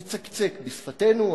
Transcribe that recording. נצקצק בשפתינו,